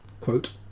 Quote